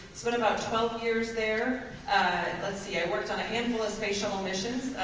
spent about twelve years there let's see i worked on a handful of space shuttle missions.